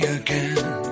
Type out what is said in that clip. again